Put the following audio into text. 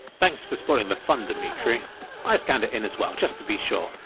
thanks for spoiling the fun, demetri. i scanned it in as well, just to be sure.